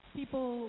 people